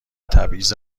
تبعیض